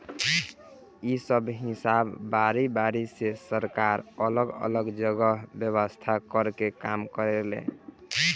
इ सब हिसाब बारी बारी से सरकार अलग अलग जगह व्यवस्था कर के काम करेले